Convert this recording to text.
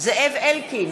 זאב אלקין,